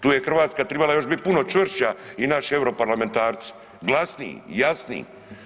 Tu je Hrvatska tribala još bit puno čvršća i naši europarlamentarci, glasniji, jasniji.